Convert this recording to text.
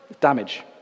Damage